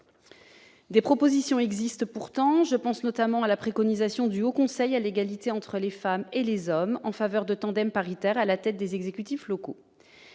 Des propositions existent pourtant. Je pense notamment à la préconisation du Haut Conseil à l'égalité entre les femmes et les hommes en faveur de tandems paritaires à la tête des exécutifs locaux.